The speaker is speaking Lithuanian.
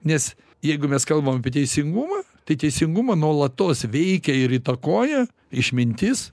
nes jeigu mes kalbam apie teisingumą tai teisingumą nuolatos veikia ir įtakoja išmintis